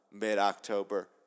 mid-October